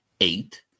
eight